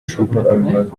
trooper